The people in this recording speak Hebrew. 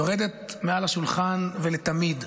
היא יורדת מעל השולחן ולתמיד.